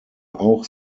auch